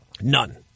none